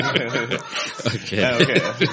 Okay